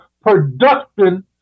production